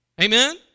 Amen